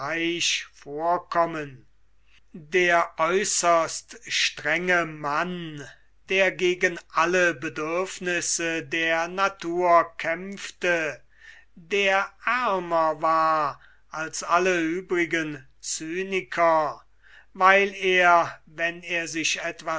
vorkommen der äußerst strenge mann der gegen alle bedürfnisse der natur kämpfte der ärmer war als alle übrigen cyniker weil er wenn er sich